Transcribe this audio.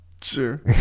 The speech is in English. Sure